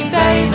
day